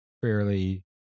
fairly